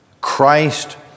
Christ